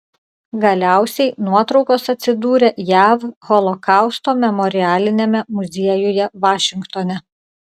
galiausiai nuotraukos atsidūrė jav holokausto memorialiniame muziejuje vašingtone